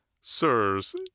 Sirs